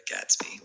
Gatsby